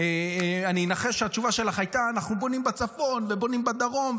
אני אנחש שהתשובה שלך הייתה: אנחנו בונים בצפון ובונים בדרום,